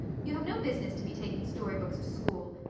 you have no business to be taking storybooks to school.